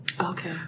Okay